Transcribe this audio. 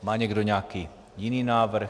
Má někdo nějaký jiný návrh?